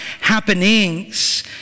happenings